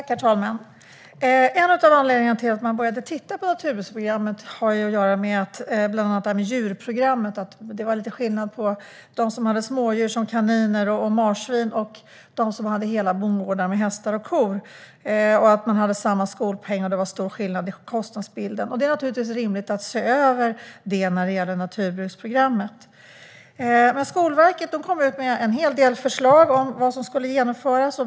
Herr talman! En av anledningarna till att man började titta på naturbruksprogrammen var att det var skillnad inom djurprogrammet. De som hade smådjur, som kaniner och marsvin, och de som hade hela bondgårdar med hästar och kor hade samma skolpeng, och det var stor skillnad i kostnadsbilden. Det är naturligtvis rimligt att se över detta. Skolverket kom med en hel del förslag om vad som skulle genomföras.